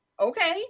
okay